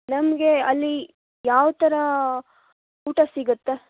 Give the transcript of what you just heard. ನಮಗೆ ಅಲ್ಲಿ ಯಾವ ಥರ ಊಟ ಸಿಗುತ್ತೆ